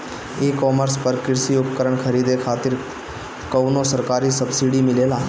ई कॉमर्स पर कृषी उपकरण खरीदे खातिर कउनो सरकारी सब्सीडी मिलेला?